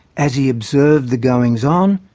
as he observed the goings-on,